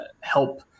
help